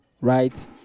right